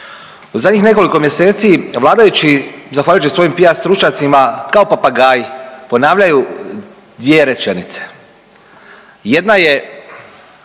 U zadnjih nekoliko mjeseci vladajući zahvaljujući svojim PR stručnjacima kao papagaji ponavljaju dvije rečenice. Jedna je